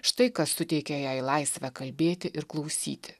štai kas suteikė jai laisvę kalbėti ir klausyti